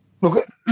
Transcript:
Look